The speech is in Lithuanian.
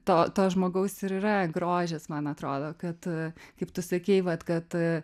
to žmogaus ir yra grožis man atrodo kad kaip tu sakei vat kad